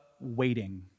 waiting